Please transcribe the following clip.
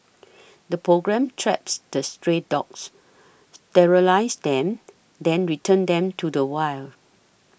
the programme traps the stray dogs sterilises them then returns them to the wild